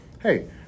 hey